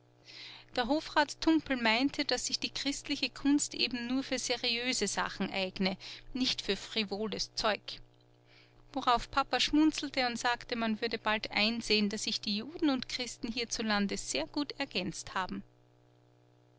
der hofrat tumpel meinte daß sich die christliche kunst eben nur für seriöse sachen eigne nicht für frivoles zeug worauf papa schmunzelte und sagte man würde bald einsehen daß sich die juden und christen hierzulande sehr gut ergänzt haben